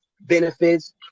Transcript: benefits